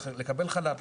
לקבל חל"ת,